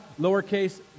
lowercase